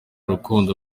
rukundo